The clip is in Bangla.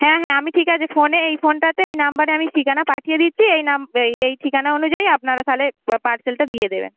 হ্যাঁ হ্যাঁ আমি ঠিক আছে ফোনে এই ফোনটাতে এই নম্বরে আমি ঠিকানা পাঠিয়ে দিচ্ছি এই নাম্ব এই এই ঠিকানা অনুযায়ী আপনারা তাহলে পার্সেলটা দিয়ে দেবেন